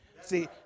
See